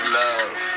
love